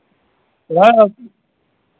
किराया